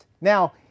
now